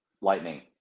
lightning